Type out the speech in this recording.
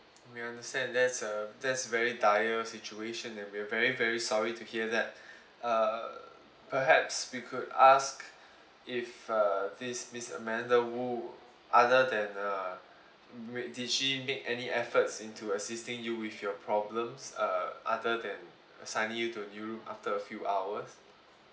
we understand that's a that's very dire situation and we're very very sorry to hear that uh perhaps we could ask if uh this miss amanda wu other than the ma~ did she make any efforts into assisting you with your problems uh other than assigning you to a new room after a few hours